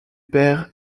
pères